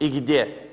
i gdje?